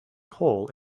hole